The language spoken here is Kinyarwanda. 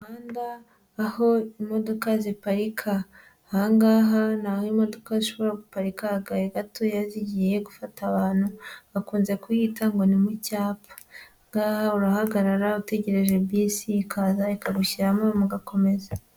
Umuhanda aho imodoka ziparika, aha ngaha ni aho imodoka zishobora guparika agahe gatoya zigiye gufata abantu, bakunze kuhita ngo ni kucyapa, aha ngaha urahagarara utegereje bisi ikaza ikagushyiramo mugakomeza.